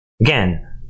Again